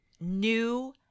new